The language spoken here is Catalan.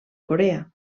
corea